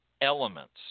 elements